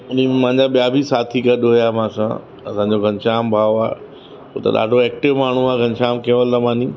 उन में मुंहिंजा ॿिया बि साथी गॾु हुया मूं सां असांजो घनश्याम भाउ आहे हू त ॾाढो एक्टिव माण्हू आहे घनश्याम केवलरमानी